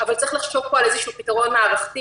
אבל צריך לחשוב פה על איזשהו פתרון מערכתי.